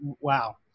Wow